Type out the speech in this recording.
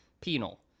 penal